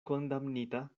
kondamnita